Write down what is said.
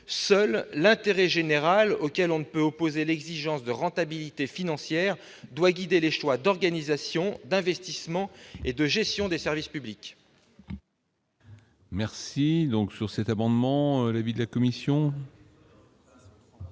seul l'intérêt général, auquel on ne peut opposer l'exigence de rentabilité financière, doit guider les choix d'orientation, d'investissement et de gestion des services publics